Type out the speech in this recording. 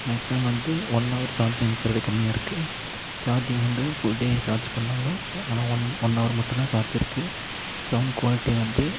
maximum வந்து one hour charge நிற்கிறது கம்மியாக இருக்குது சார்ஜிங் வந்து ஃபுல் டே சார்ஜ் பண்ணாலும் ஆனால் ஒன் ஒன்னவர் மட்டுந்தான் சார்ஜிருக்குது சவுண்ட் குவாலிட்டி வந்து